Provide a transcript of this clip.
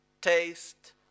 taste